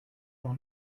noch